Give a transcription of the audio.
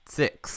six